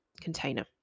container